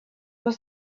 was